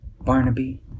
Barnaby